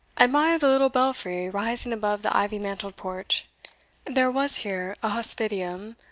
admire the little belfry rising above the ivy-mantled porch there was here a hospitium,